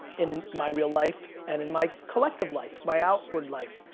in my real life and in my collective life, my outward life.